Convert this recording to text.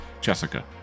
Jessica